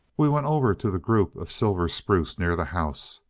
we went over to the group of silver spruce near the house.